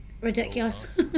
Ridiculous